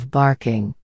barking